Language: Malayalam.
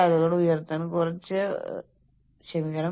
കാരണം നമ്മളെല്ലാം മനുഷ്യരാണ്